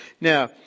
Now